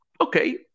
okay